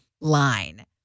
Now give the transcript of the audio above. line